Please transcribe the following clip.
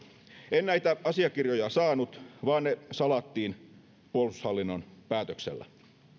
en näitä asiakirjoja saanut vaan ne salattiin puolustushallinnon päätöksellä